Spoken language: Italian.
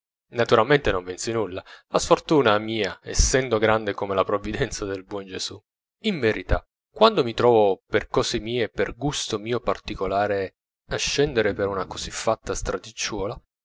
naturalmente non vinsi nulla la sfortuna mia essendo grande come la provvidenza del buon gesù in verità quando mi trovo per cose mie per gusto mio particolare a scendere per una